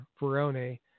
Verone